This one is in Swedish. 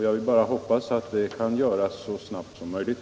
Jag hoppas att denna översyn skall kunna ske så snabbt som möjligt.